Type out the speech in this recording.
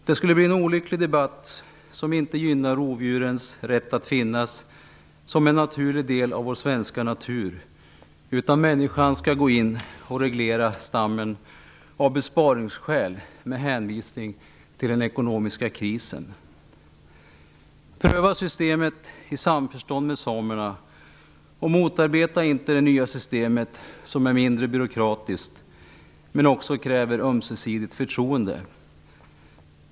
Det skulle vara en olycklig debatt, som inte gynnar rovdjurens rätt att finnas som en naturlig del av vår svenska natur, utan innebär att människan skall gå in och reglera stammen av besparingsskäl, med hänvisning till den ekonomiska krisen. Pröva systemet i samförstånd med samerna! Motarbeta inte det nya systemet, som är mindre byråkratiskt men som också kräver ömsesidigt förtroende!